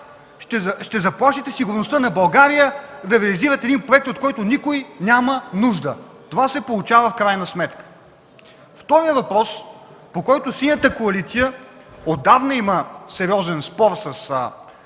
ще заплашите сигурността на България, за да реализирате един проект, от който никой няма нужда! Това се получава в крайна сметка. Вторият въпрос, по който Синята коалиция отдавна има сериозен спор с левите